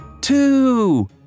Two